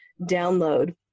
download